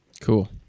cool